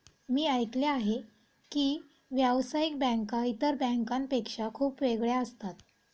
मी ऐकले आहे की व्यावसायिक बँका इतर बँकांपेक्षा खूप वेगळ्या असतात